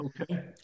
Okay